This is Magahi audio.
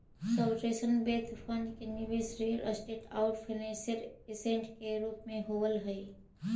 सॉवरेन वेल्थ फंड के निवेश रियल स्टेट आउ फाइनेंशियल ऐसेट के रूप में होवऽ हई